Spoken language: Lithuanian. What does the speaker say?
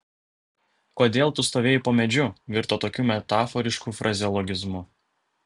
kodėl tu stovėjai po medžiu virto tokiu metaforišku frazeologizmu